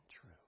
true